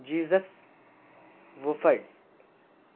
Jesus وفع